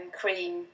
cream